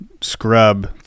scrub